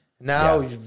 now